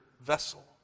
vessel